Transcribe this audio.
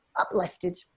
uplifted